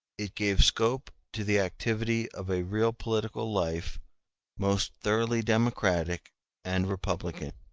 it gave scope to the activity of a real political life most thoroughly democratic and republican.